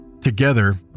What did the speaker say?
Together